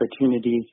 opportunities